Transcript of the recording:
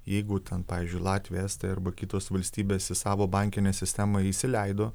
jeigu ten pavyzdžiui latvija estija arba kitos valstybės į savo bankinę sistemą įsileido